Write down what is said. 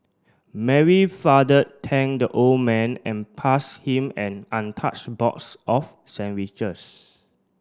Mary father thanked the old man and pass him an untouched box of sandwiches